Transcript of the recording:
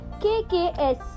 KKS